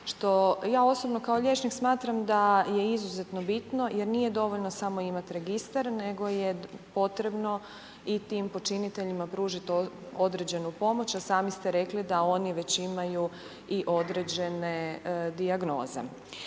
što ja osobno kao liječnik smatram da je izuzetno bitno jer nije dovoljno samo imati registar nego je potrebno i tim počiniteljima pružit određenu pomoć, a sami ste rekli da oni već imaju i određene dijagnoze.